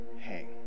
hang